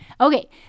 Okay